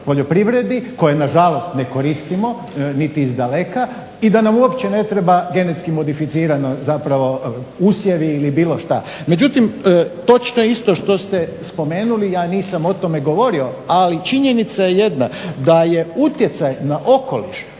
poljoprivredi koje na žalost ne koristimo niti iz daleka i da nam uopće ne treba genetski modificirano zapravo usjevi ili bilo šta. Međutim, točno je isto što ste spomenuli ja nisam o tome govorio. Ali činjenica je jedna da je utjecaj na okoliš